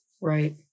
Right